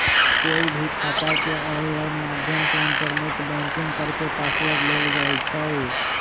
कोई भी खाता के ऑनलाइन माध्यम से इन्टरनेट बैंकिंग करके पासवर्ड लेल जाई छई